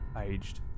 Aged